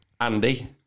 Andy